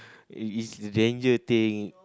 it's a danger thing